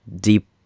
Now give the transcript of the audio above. deep